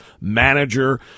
manager